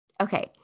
Okay